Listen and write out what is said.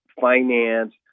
finance